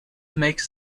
makes